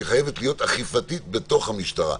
היא חייבת להיות אכיפתית בתוך המשטרה.